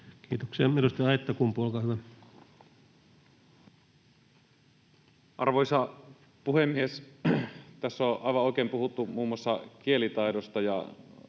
on aivan oikein puhuttu muun muassa kielitaidosta.